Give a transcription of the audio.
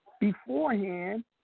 Beforehand